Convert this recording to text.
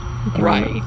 Right